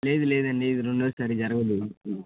లేదు లేదండి ఇది రెండోసారి జరగదు